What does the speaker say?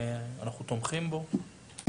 אנחנו תומכים בו.